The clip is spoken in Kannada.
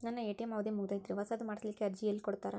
ನನ್ನ ಎ.ಟಿ.ಎಂ ಅವಧಿ ಮುಗದೈತ್ರಿ ಹೊಸದು ಮಾಡಸಲಿಕ್ಕೆ ಅರ್ಜಿ ಎಲ್ಲ ಕೊಡತಾರ?